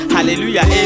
Hallelujah